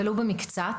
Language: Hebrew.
ולא במקצת,